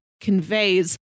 conveys